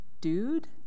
Dude